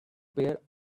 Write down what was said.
peer